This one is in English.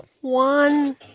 one